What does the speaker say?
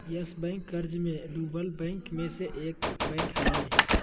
yes Bank कर्ज मे डूबल बैंक मे से एक बैंक हलय